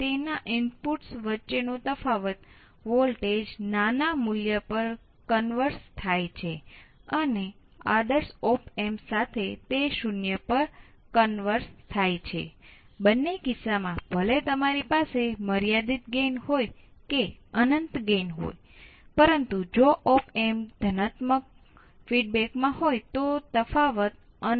તેથી તે પાસાઓ કે જેને આપણે આ પાઠમાં સંપૂર્ણપણે છોડી દીધા છે તેના પર આપણે મૂળભૂત નજર કરીશું